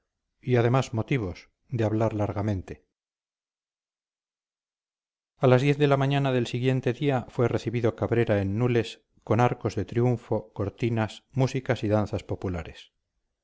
y además motivos de hablar largamente a las diez de la mañana del siguiente día fue recibido cabrera en nules con arcos de triunfo cortinas músicas y danzas populares